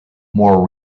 more